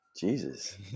Jesus